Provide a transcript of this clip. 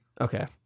Okay